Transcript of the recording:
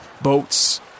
Boats